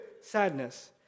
sadness